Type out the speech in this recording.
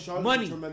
Money